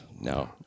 No